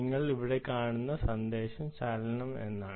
നിങ്ങൾ ഇവിടെ കാണുന്ന സന്ദേശം മോഷൻ എന്നാണ്